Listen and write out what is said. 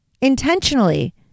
intentionally